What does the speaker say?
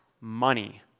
money